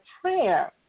prayer